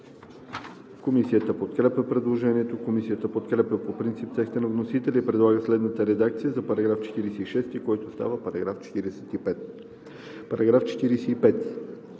Комисията подкрепя предложението. Комисията подкрепя по принцип текста на вносителя и предлага следната редакция за § 49, който става § 48: „§ 48.